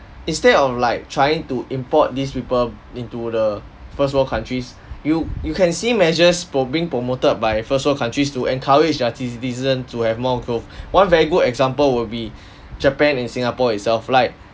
instead of like trying to import these people into the first world countries you you can see measures prom~ being promoted by first world countries to encourage their citizens to have more growth one very good example will be japan and singapore itself like